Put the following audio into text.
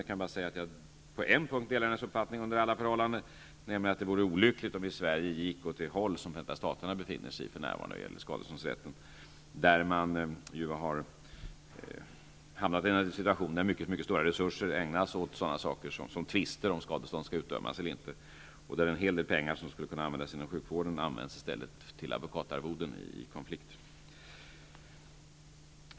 Under alla förhållanden delar jag hennes uppfattning på en punkt, nämligen att det vore olyckligt om vi i Sverige gick mot en situation som den Förenta staterna befinner sig i för närvarande när det gäller skadeståndsrätten. Där ägnas mycket stora resurser åt tvister om huruvida skadestånd skall utdömas eller inte. En hel del pengar som skulle kunna användas inom sjukvården används i stället till advokatarvoden vid konflikter.